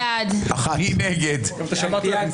האם יש אפשרות פעם אחת להאט, כדי שנוכל להבין?